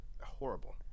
Horrible